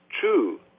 true